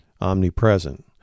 omnipresent